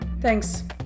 Thanks